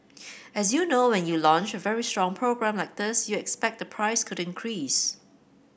as you know when you launch a very strong program like this you expect the price could increase